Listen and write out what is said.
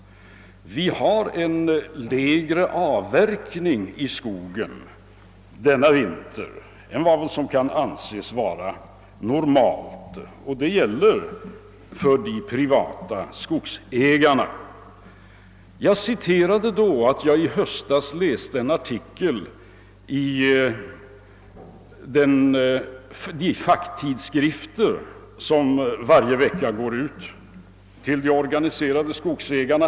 Vi har en lägre avverkning i skogen denna vinter än vad som kan anses vara normalt, och detta gäller för de privata skogsägarna. Jag meddelade då att jag i höstas läste en artikel i en av de facktidskrifter som varje vecka går ut till de organiserade skogsägarna.